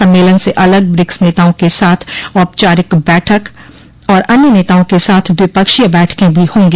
सम्मेलन से अलग ब्रिक्स नेताओं क साथ औपचारिक बैठक और अन्य नेताओं के साथ द्विपक्षीय बैठकें भी होंगी